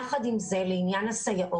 יחד עם זאת לעניין הסייעות,